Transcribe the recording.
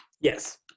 yes